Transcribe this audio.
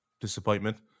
disappointment